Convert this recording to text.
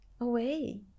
away